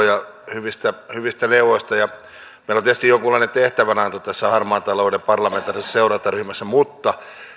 myllykoski hyvistä neuvoista meillä on tietysti jonkunlainen tehtävänanto tässä harmaan talouden parlamentaarisessa seurantaryhmässä mutta